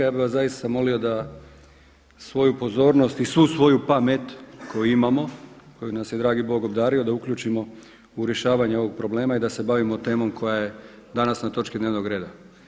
Ja bih vas zaista molio da svoju pozornost i svu svoju pamet koju imamo, kojom nas je dragi Bog obdario da uključimo u rješavanje ovog problema i da se bavimo temom koja je danas na točki dnevnog reda.